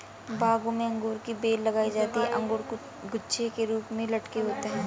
बागों में अंगूर की बेल लगाई जाती है अंगूर गुच्छे के रूप में लटके होते हैं